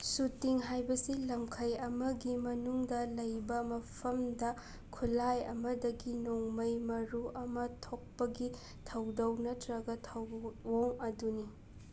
shooting ꯍꯥꯏꯕꯁꯤ ꯂꯝꯈꯩ ꯑꯃꯒꯤ ꯃꯅꯨꯡꯗ ꯂꯩꯕ ꯃꯐꯝꯗ ꯈꯨꯠꯂꯥꯏ ꯑꯃꯗꯒꯤ ꯅꯣꯡꯃꯩ ꯃꯔꯨ ꯑꯃ ꯊꯣꯛꯄꯒꯤ ꯊꯧꯗꯧ ꯅꯠꯇ꯭ꯔꯒ ꯊꯧꯑꯣꯡ ꯑꯗꯨꯅꯤ